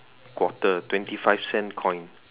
quarter twenty five cents coin